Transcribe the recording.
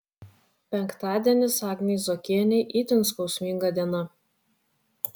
penktadienis agnei zuokienei itin skausminga diena